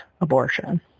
abortion